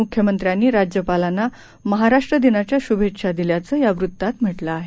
मुख्यमंत्र्यांनी राज्यपालांना महाराष्ट्र दिनाच्या शुभेच्छा दिल्याचं या वृत्तात म्हटलं आहे